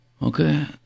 Okay